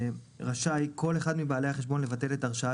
רשאי כל אחד מבעלי החשבון לבטל את הרשאת